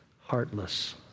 heartless